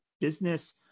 business